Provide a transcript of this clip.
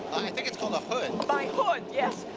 think it's called a hood. my hood yes,